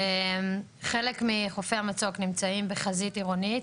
חלק מחופי המצוק נמצאים בחזית עירונית,